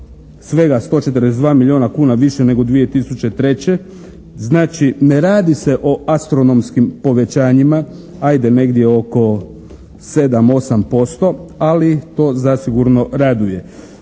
Svega 142 milijuna kuna više nego 2003. Znači, ne radi se o astronomskim povećanjima. Hajde negdje oko 7, 8% ali to zasigurno raduje.